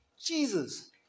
Jesus